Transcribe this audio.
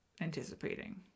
Anticipating